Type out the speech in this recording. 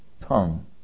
tongue